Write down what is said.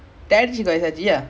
so I don't think will bleach